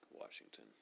Washington